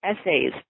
essays